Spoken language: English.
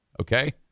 Okay